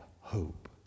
hope